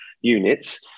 units